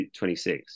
26